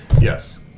Yes